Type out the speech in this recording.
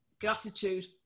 gratitude